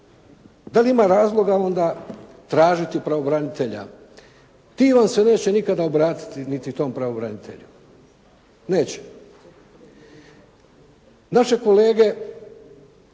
Da li ima razloga onda tražiti pravobranitelja. Ti vam se neće nikada obratiti niti tom pravobranitelju, neće. Naše kolege